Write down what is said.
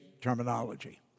terminology